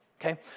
Okay